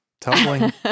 tumbling